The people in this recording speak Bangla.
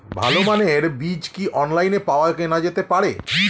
ভালো মানের ফসলের বীজ কি অনলাইনে পাওয়া কেনা যেতে পারে?